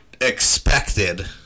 expected